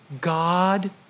God